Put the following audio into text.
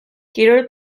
kirol